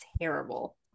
terrible